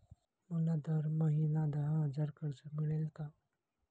मला दर महिना दहा हजार कर्ज मिळेल का?